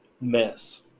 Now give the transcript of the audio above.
mess